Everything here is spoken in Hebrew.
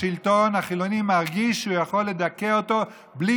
השלטון החילוני מרגיש שהוא יכול לדכא אותו בלי